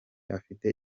afite